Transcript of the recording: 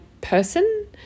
person